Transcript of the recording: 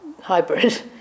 hybrid